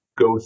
go